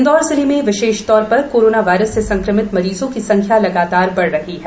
इंदौर जिले में विशेष तौर पर कोरोना वायरस से संक्रमित मरीजों की संख्या लगातार बढ़ रही है